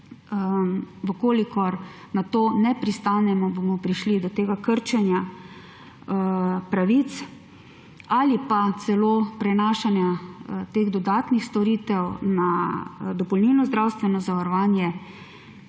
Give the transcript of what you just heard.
Če na to ne pristanemo, bomo prišli do tega krčenja pravic ali pa celo prenašanja teh dodatnih storitev na dopolnilno zdravstveno zavarovanje,